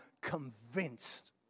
convinced